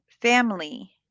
family